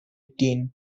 دین